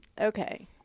Okay